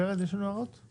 ורד, יש לנו הערות לגבי זה?